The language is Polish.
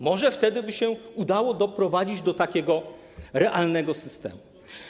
Może wtedy by się udało doprowadzić do takiego realnego systemu.